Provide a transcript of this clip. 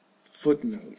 Footnote